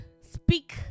speak